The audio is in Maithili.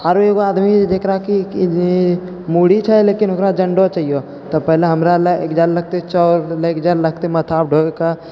आरो एकगो आदमी जेकरा कि जे मुरही छै लेकिन ओकरा जन्दो चाहियैह तऽ पहिले हमरा लग एकरा ले लगते चाउर लेइके जाइले लगते माथा पर ढोहिके